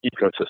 ecosystem